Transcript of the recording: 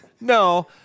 No